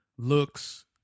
Looks